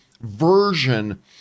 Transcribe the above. version